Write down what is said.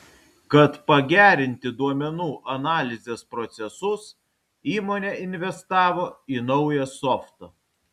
kad pagerinti duomenų analizės procesus įmonė investavo į naują softą